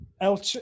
El